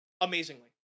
amazingly